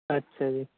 ਅੱਛਾ ਜੀ